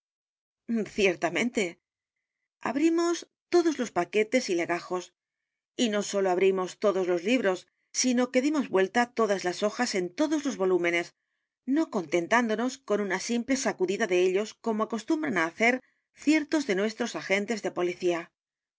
ciertamente abrimos todos los paquetes y legajos y no sólo abrimos todos los libros sino que dimos vuelta todas las hojas en todos los volúmenes no contentándonos con una simple sacudida de ellos como acostumbran á hacer ciertos de nuestros agentes de policía